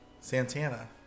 Santana